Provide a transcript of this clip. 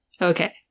Okay